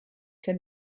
can